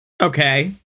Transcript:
Okay